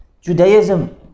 judaism